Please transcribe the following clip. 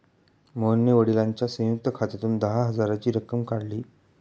मोहनने वडिलांच्या संयुक्त खात्यातून दहा हजाराची रक्कम काढली